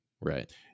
Right